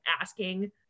asking